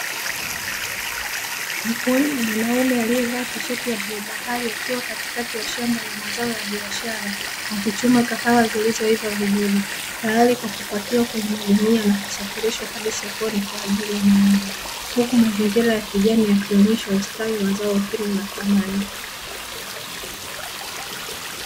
Mkulima mwanaume aliyevaa tisheti ya bluu bahari, akiwa katikati ya shamba la mazao ya biashara, akichuma kahawa zilizoiva vizuri tayali kwa kupakiwa kwenye magunia na kusafilishwa hadi sokoni kwa ajili ya kuuzwa, huku mazingira ya kijani yakionyesha kustawi mazao kila thamani.